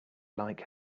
like